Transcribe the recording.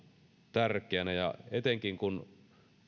tärkeänä etenkin kun